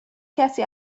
کسی